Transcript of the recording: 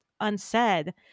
unsaid